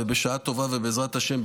ובשעה טובה ובעזרת השם,